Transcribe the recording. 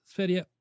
Sverige